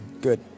Good